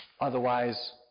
Otherwise